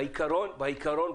בעיקרון,